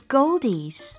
Goldies